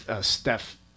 Steph